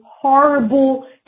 horrible